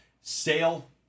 Sale